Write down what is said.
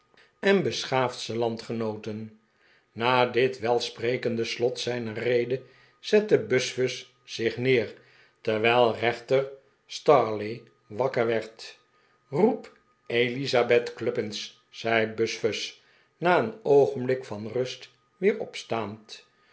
en beschaafdste landgenooten na dit welsprekende slot zijner rede zett e buzfuz zich neer terwijl reenter stareleigh wakker werd roep elisabeth cluppins zei buzfuz na een oogenblik van rust weer opstaand